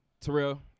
Terrell